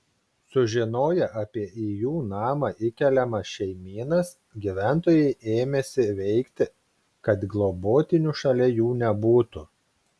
sužinoję apie į jų namą įkeliamas šeimynas gyventojai ėmėsi veikti kad globotinių šalia jų nebūtų